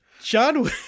john